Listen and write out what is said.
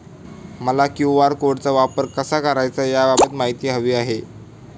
मला क्यू.आर कोडचा वापर कसा करायचा याबाबत माहिती हवी आहे